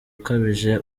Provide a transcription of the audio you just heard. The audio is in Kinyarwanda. ukabije